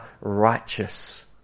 righteous